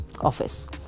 office